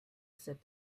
said